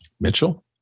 Mitchell